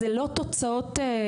אז זה לא תוצאות סופיות,